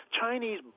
chinese